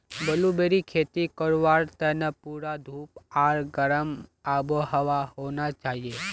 ब्लूबेरीर खेती करवार तने पूरा धूप आर गर्म आबोहवा होना चाहिए